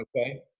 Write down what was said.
Okay